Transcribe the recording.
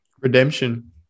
Redemption